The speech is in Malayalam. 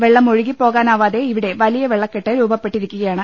വെള്ളം ഒഴുകിപ്പോവാനാവാതെ ഇവിടെ വലിയ വെള്ളക്കെട്ട് രൂപപ്പെട്ടിരിക്കുകയാണ്